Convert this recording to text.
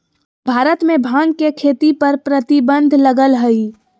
भारत में भांग के खेती पर प्रतिबंध लगल हइ